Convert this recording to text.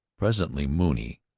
presently mooney,